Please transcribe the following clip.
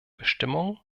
bestimmungen